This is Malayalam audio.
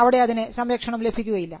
അവിടെ അതിന് സംരക്ഷണം ലഭിക്കുകയില്ല